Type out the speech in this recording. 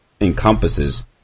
encompasses